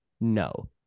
No